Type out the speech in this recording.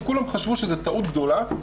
וכולם חשבו שזו טעות גדולה,